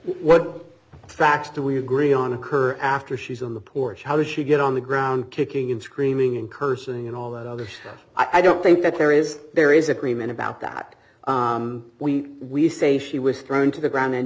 facts do we agree on occur after she's on the porch how does she get on the ground kicking and screaming and cursing and all that other stuff i don't think that there is there is agreement about that we we say she was thrown to the ground and